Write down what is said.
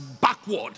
backward